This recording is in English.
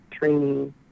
training